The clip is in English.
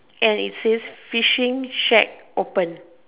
and it says fishing shack open